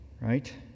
Right